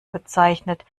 bezeichnet